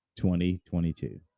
2022